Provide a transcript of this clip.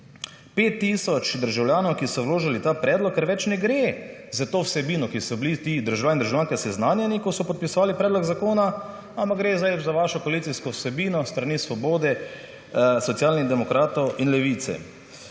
5 tisoč državljanov, ki so vložili ta predlog, ker več ne gre za to vsebino, ki so bili ti državljani, državljanke seznanjeni, ko so podpisovali Predlog zakona, ampak gre zdaj za vašo koalicijsko vsebino s strani Svobode, Socialnih demokratov in Levice.